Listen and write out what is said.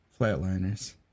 Flatliners